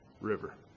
river